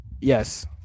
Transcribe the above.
Yes